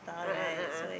a'ah a'ah